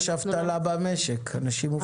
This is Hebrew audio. יש אבטלה במשק, אנשים מובטלים.